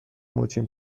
موچین